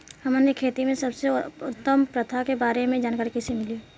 हमन के खेती में सबसे उत्तम प्रथा के बारे में जानकारी कैसे मिली?